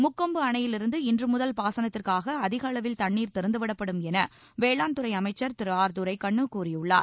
முக்கொம்பு அணையிலிருந்து இன்று முதல் பாசனத்திற்காக அதிக அளவில் தண்ணீர் திறந்து விடப்படும் என வேளாண் துறை அமைச்சர் திரு ஆர் துரைக்கண்ணு கூறியுள்ளார்